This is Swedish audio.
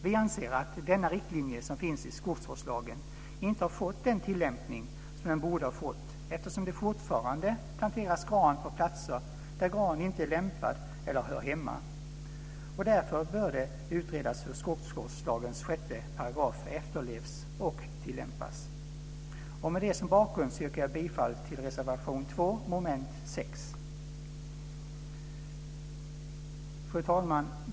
Vi anser att denna riktlinje som finns i skogsvårdslagen inte har fått den tillämpning som den borde ha fått, eftersom det fortfarande planteras gran på platser där gran inte är lämpad eller hör hemma. Därför bör det utredas hur skogsvårdslagens 6 § efterlevs och tillämpas. Med det som bakgrund yrkar jag bifall till reservation 2 under mom. 6. Fru talman!